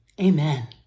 Amen